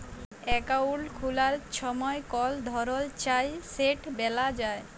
account খুলার ছময় কল ধরল চায় সেট ব্যলা যায়